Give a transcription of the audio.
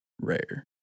rare